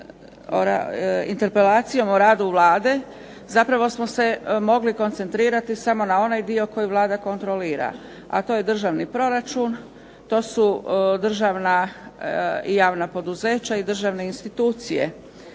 Interpelacijom o radu Vlade zapravo smo se mogli koncentrirati samo na onaj dio koji Vlada kontrolira a to je državni proračun, to su državna i javna poduzeća i državne institucije.